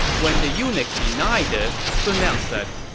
when the eunuch denied this, sun liang said,